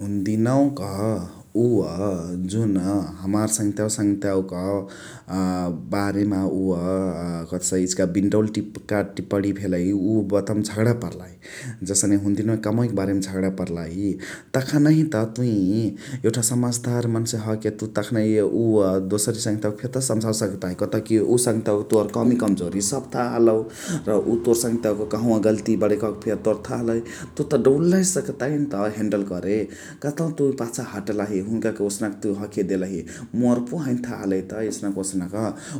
हुन्देनवा क उअ जुन हमार सङहतिया सङहतियावक बारेमा उअ कथसाइ इचिका बिनडौल बिनडौल टिपिका टिपणी भेलइ उ बाटवमा झगणा पर्लाई । जसने हुन्देनवै कमवक बारेमा झगणा पर्लाई । तखानही त तुइ एउठा समझदार मन्से हखके तखानही उअ दोसर सङहतियावक फेरी त सम्झावे सकताही । कतौकी उसङहातीयावक कमिकम्जोरी तोर सम थाह हलौ र उ तोर सङहतियावक कहवा गल्ती बणै कहके फेरी तोर थाह हलइ । तुइ त डौलहिसे सकताहिनत हेन्डल करे । कतौ तुइ पाछा हटलाही हुनुका के तुइ ओसकन हखे देलही । मोर पो हैने थाह हलाई त एसनक ओसनक